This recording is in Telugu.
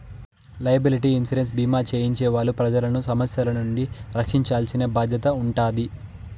లైయబిలిటీ ఇన్సురెన్స్ భీమా చేయించే వాళ్ళు ప్రజలను సమస్యల నుండి రక్షించాల్సిన బాధ్యత ఉంటాది